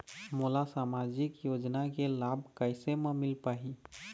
मोला सामाजिक योजना के लाभ कैसे म मिल पाही?